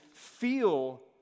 feel